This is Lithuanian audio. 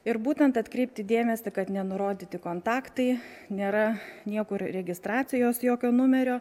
ir būtent atkreipti dėmesį kad nenurodyti kontaktai nėra niekur registracijos jokio numerio